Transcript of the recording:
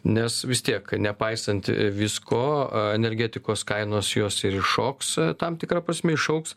nes vis tiek nepaisant visko energetikos kainos jos ir iššoks tam tikra prasme išaugs